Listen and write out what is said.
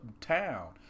town